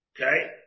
Okay